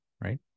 right